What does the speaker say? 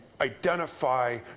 identify